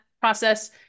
process